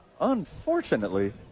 Unfortunately